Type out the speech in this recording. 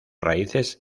raíces